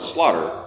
Slaughter